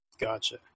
Gotcha